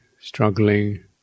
struggling